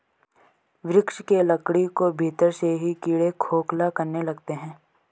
वृक्ष के लकड़ी को भीतर से ही कीड़े खोखला करने लगते हैं